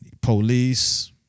police